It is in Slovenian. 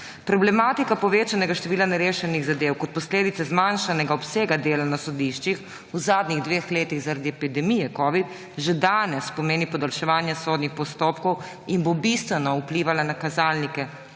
Problematika povečanega števila nerešenih zadev, ki je posledica zmanjšanega obsega dela na sodiščih v zadnjih dveh letih zaradi epidemije covida, že danes pomeni podaljševanje sodnih postopkov in bo bistveno vplivala na kazalnike